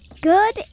Good